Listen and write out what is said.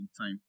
time